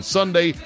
Sunday